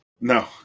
no